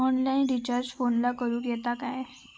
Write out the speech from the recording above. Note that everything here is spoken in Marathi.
ऑनलाइन रिचार्ज फोनला करूक येता काय?